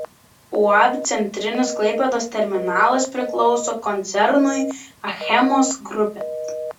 uab centrinis klaipėdos terminalas priklauso koncernui achemos grupė